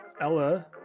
Ella